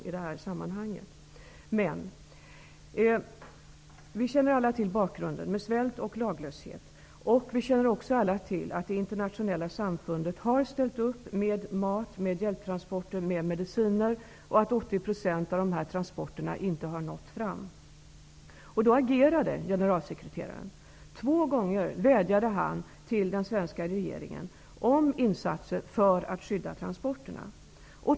Vi känner alla till bakgrunden med svält och laglöshet och att det internationella samfundet har ställt upp med mat, hjälptransporter och mediciner. 80 % av dessa transporter har inte nått fram. Därför agerade generalsekreteraren. Han vädjade två gånger till den svenska regeringen om insatser för att skydda transporterna.